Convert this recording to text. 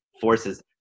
forces